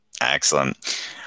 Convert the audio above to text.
Excellent